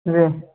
जी